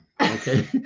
okay